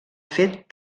fet